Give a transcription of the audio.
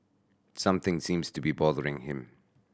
something seems to be bothering him